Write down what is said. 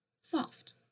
soft